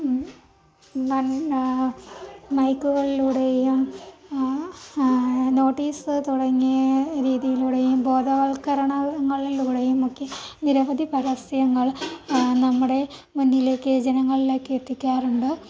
മൈക്കുകളിലൂടെയും notice തുടങ്ങിയ രീതിയിലൂടെയും ബോധവൽക്കരണങ്ങളിലൂടെയും ഒക്കെ നിരവധി പരസ്യങ്ങൾ നമ്മുടെ മുന്നിലേക്ക് ജനങ്ങളിലേക്ക് എത്തിക്കാറുണ്ട്